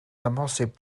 amhosib